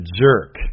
jerk